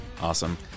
Awesome